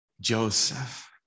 Joseph